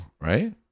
right